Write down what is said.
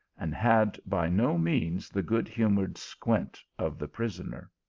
and had by no means the good-humoured squint of the prisoner.